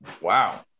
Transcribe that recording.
wow